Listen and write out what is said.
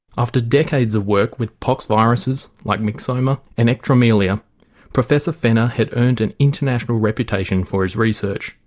after decades of work with pox viruses like myxoma and ectromelia professor fenner had earned an international reputation for his research.